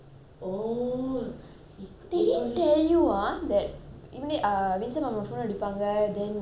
they didn't tell you ah that vincent மாமா:mama phone அடிப்பாங்க:adipanga then he's going to call and talk to you all